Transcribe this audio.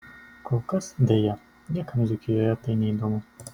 kol kas deja niekam dzūkijoje tai neįdomu